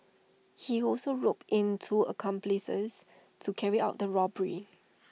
he also roped in two accomplices to carry out the robbery